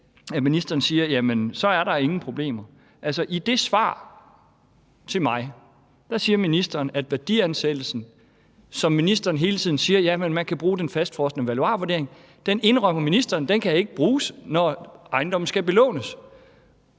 at ministeren siger, at så er der ingen problemer. Altså, i det svar til mig indrømmer ministeren, at værdiansættelsen, som ministeren hele tiden siger at man kan sætte ud fra den fastfrosne valuarvurdering, ikke kan bruges, når ejendommen skal belånes.